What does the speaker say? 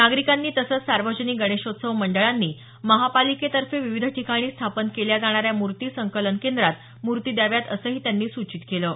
नागरिकांनी तसंच सार्वजनिक गणेशोत्सव मंडळांनी महापालिकेतर्फे विविध ठिकाणी स्थापन केल्या जाणाऱ्या मूर्ती संकलन केंद्रात मूर्ती द्याव्यात असंही जिल्हाधिकाऱ्यांनी सूचित केलं आहे